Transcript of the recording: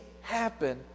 happen